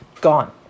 gone